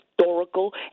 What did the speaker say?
historical